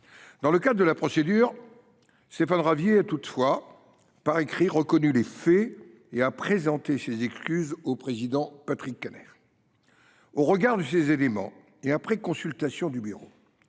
Dans le cadre de la procédure, Stéphane Ravier a toutefois, par écrit, reconnu les faits et a présenté ses excuses au Président Kanner. Au regard de ces éléments, et après consultation du bureau,